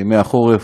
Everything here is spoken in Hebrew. בימי החורף,